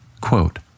Quote